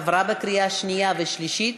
עברה בקריאה שנייה ושלישית,